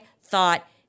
thought